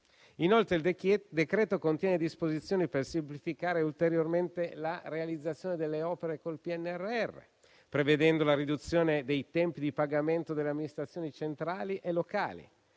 Inoltre, il decreto contiene disposizioni per semplificare ulteriormente la realizzazione delle opere con il PNRR, prevedendo la riduzione dei tempi di pagamento delle amministrazioni centrali e locali.